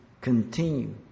continue